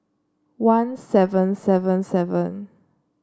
one seven seven seven